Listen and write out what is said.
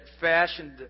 fashioned